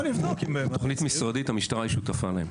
תוכנית משרדית, המשטרה היא שותפה להם.